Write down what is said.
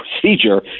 procedure